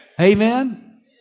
Amen